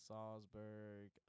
Salzburg